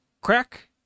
crack